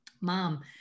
mom